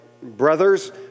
brothers